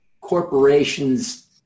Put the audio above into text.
corporation's